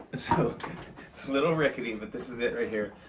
so. it's a little rickety, and but this is it right here.